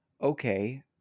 okay